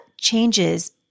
changes